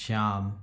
Shyam